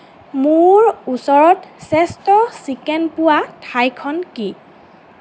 মোৰ ওচৰত শ্ৰেষ্ঠ চিকেন পোৱা ঠাইখন কি